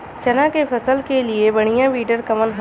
चना के फसल के लिए बढ़ियां विडर कवन ह?